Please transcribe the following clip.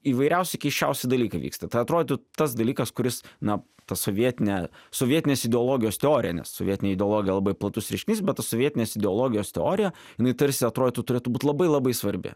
įvairiausi keisčiausi dalykai vyksta ta atrodytų tas dalykas kuris na ta sovietinė sovietinės ideologijos teorija nes sovietinė ideologija labai platus reiškinys be ta sovietinės ideologijos teorija jinai tarsi atrodytų turėtų būt labai labai svarbi